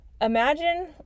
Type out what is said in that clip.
Imagine